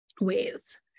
ways